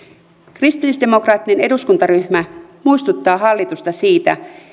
kristillisdemokraattinen eduskuntaryhmä muistuttaa hallitusta siitä